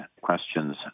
questions